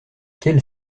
quelle